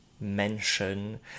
mention